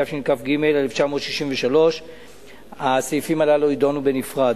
התשכ"ג 1963. הסעיפים הללו יידונו בנפרד.